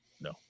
No